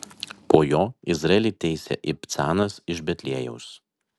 po jo izraelį teisė ibcanas iš betliejaus